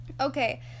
Okay